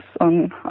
on